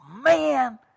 man